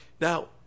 Now